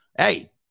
Hey